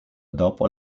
dopo